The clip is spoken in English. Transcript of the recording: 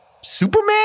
Superman